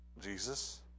Jesus